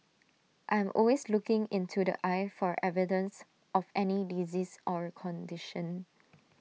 I am always looking into the eye for evidence of any disease or condition